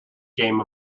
game